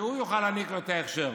שיוכל להעניק לו את ההכשר.